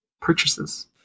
purchases